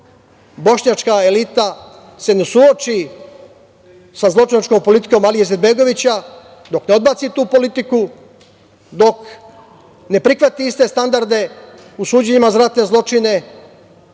bošnjačka elita se ne suoči sa zločinačkom politikom Alije Izetbegovića, dok ne odbaci tu politiku, dok ne prihvati iste standarde u suđenjima za ratne zločine,